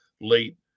late